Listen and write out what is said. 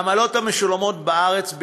העמלות המשולמות בארץ,